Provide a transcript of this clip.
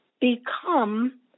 become